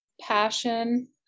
passion